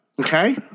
Okay